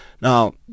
Now